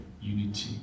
unity